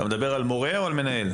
אתה מדבר על מורה או על מנהל?